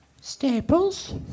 Staples